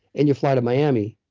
and you fly to miami.